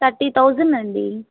thirty thousand అండి